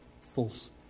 false